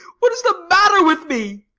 what is the matter with me?